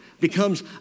becomes